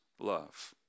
love